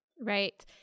Right